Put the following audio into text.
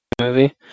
movie